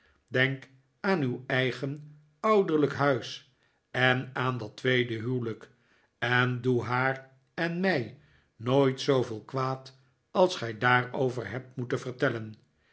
denk aan uw eigen ouderlijk huis en aan dat tweede huwelijk en doe haar en mij nooit zooveel kwaad als gij daarover hebt moeten vertellen